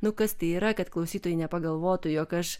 nu kas tai yra kad klausytojai nepagalvotų jog aš